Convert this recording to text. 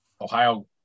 Ohio